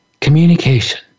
communication